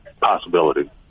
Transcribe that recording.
possibility